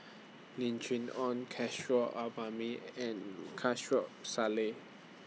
Lim Chee Onn Kishore and Salleh